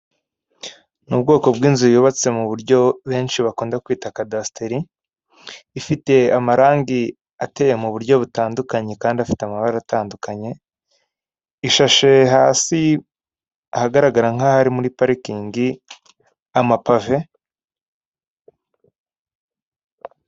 Ni ubwoko bw'inzu yubatse mu buryo benshi bakunda kwita kadasiteri, ifite amarangi ateye mu buryo butandukanye kandi afite amabara atandukanye, ishashe hasi ahagaragara nk'aho ari muri parikingi, amapave.